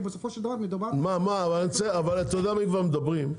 כי בסופו של דבר מדובר פה --- אם כבר מדברים,